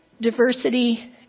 diversity